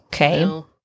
Okay